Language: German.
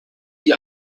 die